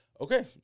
okay